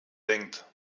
denkt